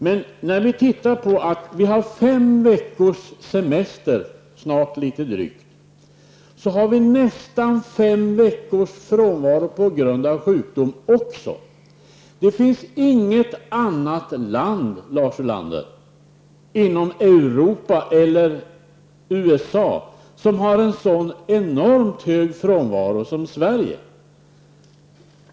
Men samtidigt som vi har fem veckors semester -- snart litet drygt -- har vi nästan fem veckors frånvaro på grund av sjukdom. Det finns inget annat land inom Europa eller USA som har en sådan enormt hög frånvaro som Sverige.